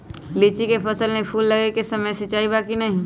लीची के फसल में फूल लगे के समय सिंचाई बा कि नही?